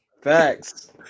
Facts